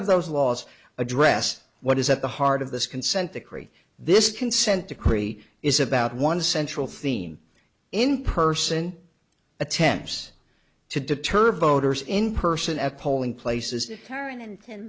of those laws address what is at the heart of this consent decree this consent decree is about one central theme in person attempts to deter voters in person at polling places